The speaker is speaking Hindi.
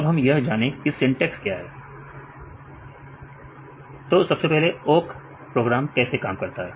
अब हम यह जाने की ओक प्रोग्राम कैसे काम करता है